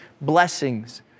blessings